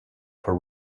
for